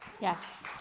Yes